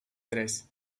tres